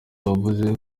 wavuze